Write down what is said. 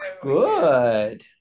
Good